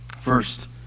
First